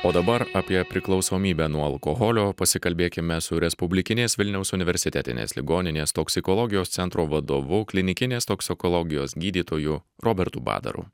o dabar apie priklausomybę nuo alkoholio pasikalbėkime su respublikinės vilniaus universitetinės ligoninės toksikologijos centro vadovu klinikinės toksikologijos gydytoju robertu badaru